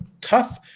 tough –